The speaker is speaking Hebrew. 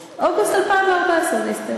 באוגוסט, באוגוסט 2014 זה יסתיים.